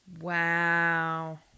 wow